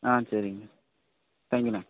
ஆ சரிங்கண்ண தேங்க்யூண்ண